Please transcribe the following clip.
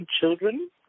children